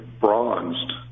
bronzed